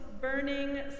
burning